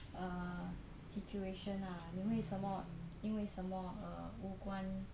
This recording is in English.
err situation lah 你为什么因为什么 err 无关